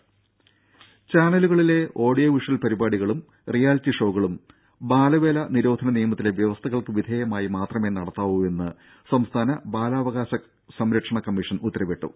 രും ചാനലുകളിലെ audio visual പരിപാടികളും റിയാലിറ്റി ഷോകളും ബാലവേല നിരോധന നിയമത്തിലെ വ്യവസ്ഥകൾക്ക് വിധേയമായി മാത്രമേ നടത്താവു എന്ന് സംസ്ഥാന ബാലാവകാശ സംരക്ഷണ കമ്മീഷൻ ഉത്തരവിട്ടു